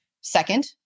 Second